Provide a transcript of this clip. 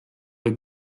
või